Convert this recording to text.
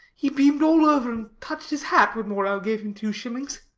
he beamed all over and touched his hat when morell gave him two shillings.